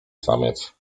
samiec